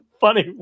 funny